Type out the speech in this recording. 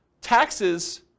taxes